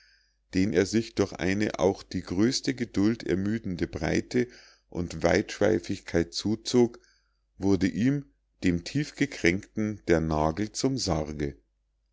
den er sich durch eine auch die größte geduld ermüdende breite und weitschweifigkeit zuzog wurde ihm dem tiefgekränkten der nagel zum sarge